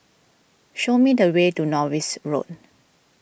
show me the way to Norris Road